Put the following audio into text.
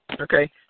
Okay